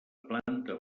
planta